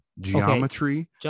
geometry